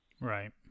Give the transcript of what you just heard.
Right